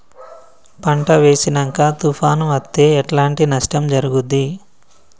పంట వేసినంక తుఫాను అత్తే ఎట్లాంటి నష్టం జరుగుద్ది?